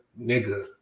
nigga